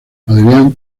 adrián